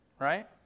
right